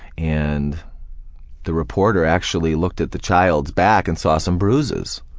and the reporter actually looked at the child's back and saw some bruises,